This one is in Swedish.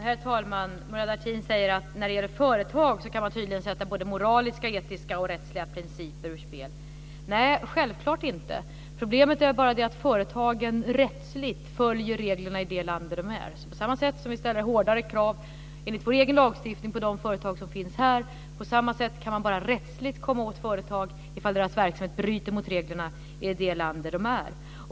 Herr talman! Murad Artin säger att man när det gäller företag förmodligen kan sätta både moraliska, etiska och rättsliga principer ur spel. Nej, självklart inte. Problemet är bara att företagen rättsligt följer reglerna i det land de är. På samma sätt som vi ställer hårdare krav enligt vår egen lagstiftning på de företag som finns här kan man bara rättsligt komma åt företag ifall deras verksamhet bryter mot reglerna i det land de är.